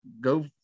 Go